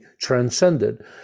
transcended